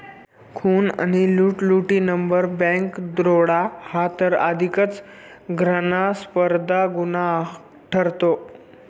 खून आणि लुटालुटीनंतर बँक दरोडा हा तर अधिकच घृणास्पद गुन्हा ठरतो